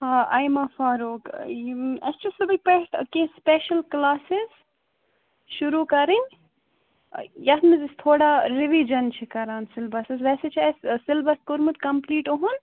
آ آیمہٕ فاروق یِم اسہِ چھُ صُبحٕکہِ پٮ۪ٹھ کیٚنٛہہ سُپیشَل کٕلاسِز شُروع کٔرِنۍ یتھ منٛز اسہِ تھوڑا روجَن چھِ کران سیٚلبسس ویسے چھُ اسہِ سیٚلبس کوٚرمُت کمپٕلیٖٹ اوٚہنٛد